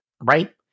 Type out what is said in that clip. right